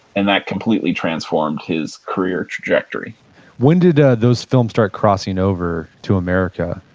and that completely transformed his career trajectory when did ah those films start crossing over to america?